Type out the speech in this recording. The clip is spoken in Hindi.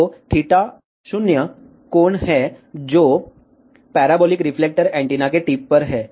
तो थीटा 0 कोण है जो पैराबोलिक रिफ्लेक्टर एंटीना के टिप पर है